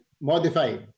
modified